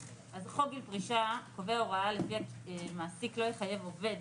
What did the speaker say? אז חוק גיל פרישה קובע הוראה לפיה מעסיק לא יחייב עובד